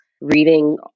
reading